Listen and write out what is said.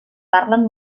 parlen